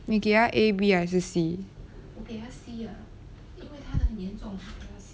你给他 a B 还是 C